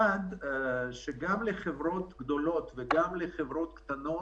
אחד, שגם לחברות גדולות וגם לחברות קטנות